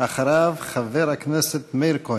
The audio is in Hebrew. אחריו, חבר הכנסת מאיר כהן.